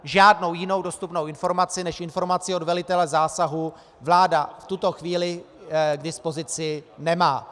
Žádnou jinou dostupnou informaci než informaci od velitele zásahu vláda v tuto chvíli k dispozici nemá.